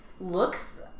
looks